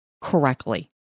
correctly